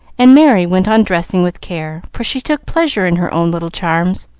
and merry went on dressing with care, for she took pleasure in her own little charms,